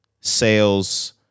sales